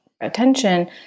attention